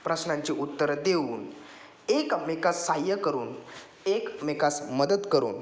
प्रश्नांची उत्तरं देऊन एकमेका सहाय्य करून एकमेकास मदत करून